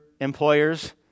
employers